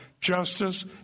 justice